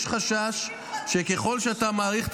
יש חשש שככל שאתה מאריך,